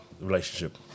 relationship